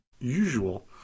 usual